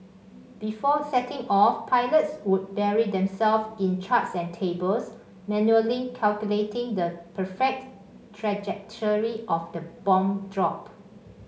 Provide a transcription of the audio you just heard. before setting off pilots would bury themselves in charts and tables manually calculating the perfect trajectory of the bomb drop